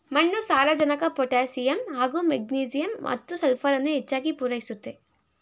ಮಣ್ಣು ಸಾರಜನಕ ಪೊಟ್ಯಾಸಿಯಮ್ ಹಾಗೂ ಮೆಗ್ನೀಸಿಯಮ್ ಮತ್ತು ಸಲ್ಫರನ್ನು ಹೆಚ್ಚಾಗ್ ಪೂರೈಸುತ್ತೆ